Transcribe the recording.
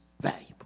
valuable